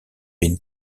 been